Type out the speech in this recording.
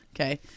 okay